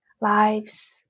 lives